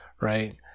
Right